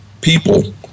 people